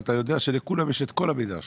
ואתה יודע שלכולם יש את כל המידע שלך,